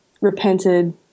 repented